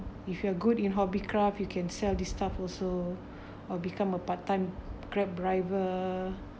if you are good in hobby craft you can sell the stuff also or become a part-time Grab driver